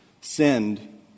send